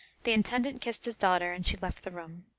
the intendant kissed his daughter, and she left the room.